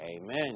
Amen